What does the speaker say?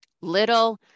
Little